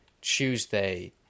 Tuesday